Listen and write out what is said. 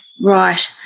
Right